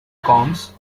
combs